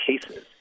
cases